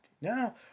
No